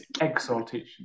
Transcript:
exaltation